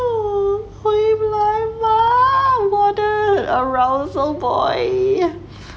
oh 回来啦我的:hui lai lah wo de arousal boy